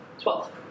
Twelve